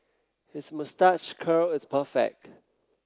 his moustache curl is perfect